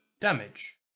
damage